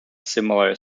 similar